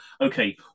okay